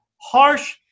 harsh